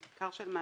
בעיקר של מעסיקים,